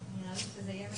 על זה כמה